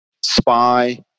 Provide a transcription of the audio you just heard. spy